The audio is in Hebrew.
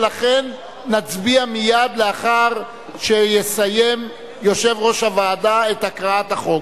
ולכן נצביע מייד לאחר שיסיים יושב-ראש הוועדה את הקראת החוק.